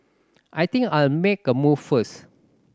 I think I'll make a move first